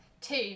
Two